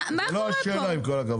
מה קורה פה.